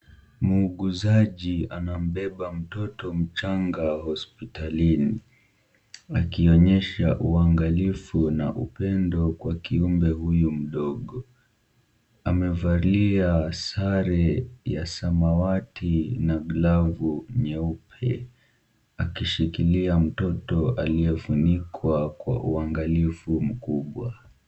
Muuguzaji anambeba mtoto mchanga hospitalini akionyesha uangalifu na upendo kwa kiumbe huyu mdogo. Amevalia sare ya samawati na glavu nyeupe akishikilia mtoto aliyefunikwa kwa uangalifu mkubwa.